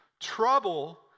Trouble